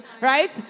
right